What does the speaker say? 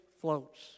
floats